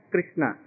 Krishna